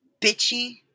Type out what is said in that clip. bitchy